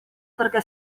perché